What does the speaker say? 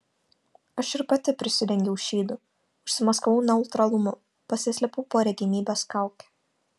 aš ir pati prisidengiau šydu užsimaskavau neutralumu pasislėpiau po regimybės kauke